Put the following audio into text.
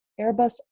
airbus